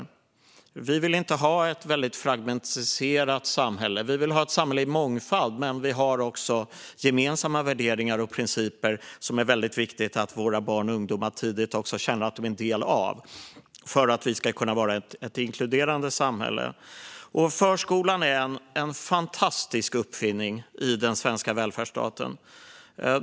Vi vill inte ha ett väldigt fragmentiserat samhälle. Vi vill ha ett samhälle med mångfald. Men vi har också gemensamma värderingar och principer som det är väldigt viktigt att våra barn och ungdomar tidigt känner att de är en del av för att vi ska kunna vara ett inkluderande samhälle. Förskolan är en fantastisk uppfinning i den svenska välfärdsstaten.